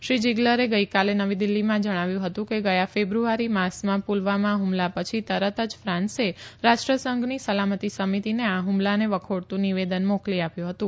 શ્રી જીગ્લરે ગઈકાલે નવી દિલ્હીમાં જણાવ્યું હતું કે ગયા ફેબ્રુઆરી માસમાં પુલવામા હ્મલા પછી તરત જ ફાન્સે રાષ્ટ્રસંઘની સલામતી સમિતિને આ ફુમલાને વખોડતું નિવેદન મોકલી આપ્યું હતું